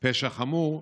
לפשע חמור.